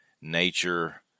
nature